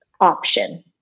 option